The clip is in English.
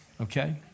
okay